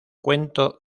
cuento